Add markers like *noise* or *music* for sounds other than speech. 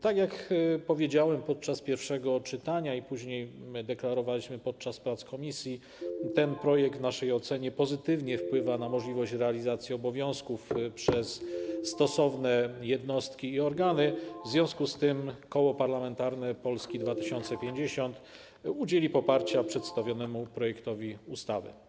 Tak jak powiedziałem podczas pierwszego czytania - i później deklarowaliśmy to podczas prac w komisji - ten projekt w naszej ocenie wpływa pozytywnie *noise* na możliwość realizacji obowiązków przez stosowne jednostki i organy, w związku z tym Koło Parlamentarne Polska 2050 udzieli poparcia przedstawionemu projektowi ustawy.